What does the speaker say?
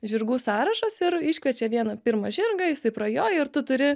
žirgų sąrašas ir iškviečia vieną pirmą žirgą jisai prajoja ir tu turi